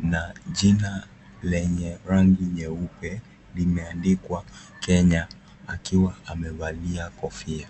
na jina lenye rangi nyeupe imeandikwa Kenya akiwa amevalia kofia.